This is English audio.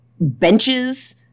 benches